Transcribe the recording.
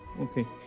okay